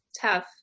tough